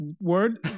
word